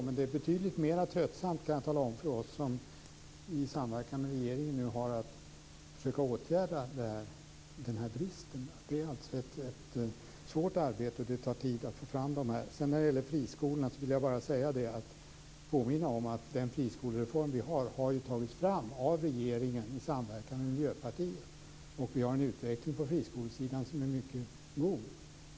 Men jag kan tala om att det är betydligt mer tröttsamt för oss som i samverkan med regeringen nu har att försöka åtgärda denna brist. Det är ett svårt arbete, och det tar tid att få fram pedagogerna. När det gäller friskolorna vill jag bara påminna om den friskolereform som har tagits fram av regeringen i samverkan med Miljöpartiet. Vi har en utveckling på friskolesidan som är mycket god.